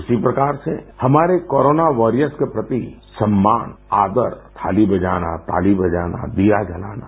उसी प्रकार से हमारे कोरोना वारियर्स के प्रति सम्मान आदर थाली बजाना ताली बजाना दिया जलाना